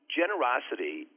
generosity